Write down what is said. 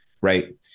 Right